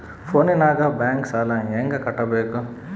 ಫೋನಿನಾಗ ಬ್ಯಾಂಕ್ ಸಾಲ ಹೆಂಗ ಕಟ್ಟಬೇಕು?